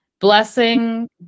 blessing